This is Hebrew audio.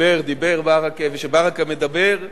דיבר ברכה, וכשברכה מדבר,